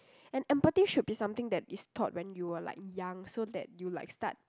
and empathy should be something that is taught when you were like young so that you like start